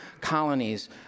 colonies